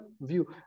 view